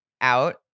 out